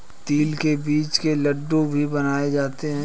तिल के बीज के लड्डू भी बनाए जाते हैं